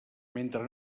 mentre